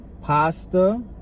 Pasta